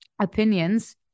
opinions